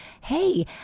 hey